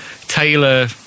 Taylor